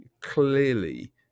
clearly